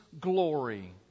glory